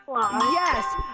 Yes